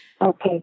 Okay